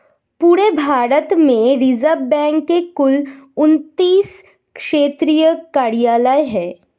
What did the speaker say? पूरे भारत में Reserve Bank के कुल उनत्तीस क्षेत्रीय कार्यालय हैं